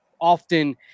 often